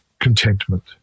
contentment